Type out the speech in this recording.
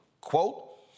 Quote